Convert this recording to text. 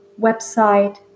website